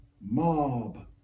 mob